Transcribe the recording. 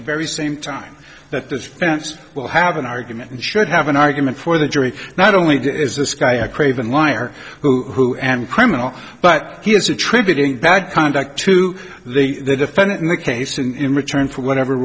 the very same time that this fence will have an argument and should have an argument for the jury not only is this guy a craven liar who and criminal but he is attributing bad conduct to the defendant in the case in return for whatever